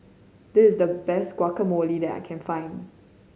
this is the best Guacamole that I can find